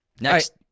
next